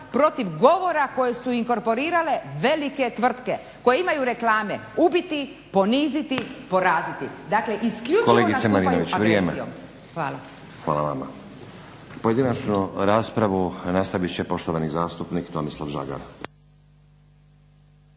protiv govora koje su inkorporirale velike tvrtke koje imaju reklame ubiti, poniziti, poraziti, dakle isključivo nastupaju agresijom. Hvala. **Stazić, Nenad (SDP)** Hvala vama. Pojedinačnu raspravu nastavit će poštovani zastupnik Tomislav Žagar.